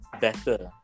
better